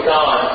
God